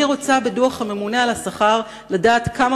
בדוח הממונה על השכר אני רוצה לדעת כמה